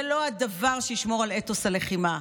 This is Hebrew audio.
זה לא הדבר שישמור על אתוס הלחימה.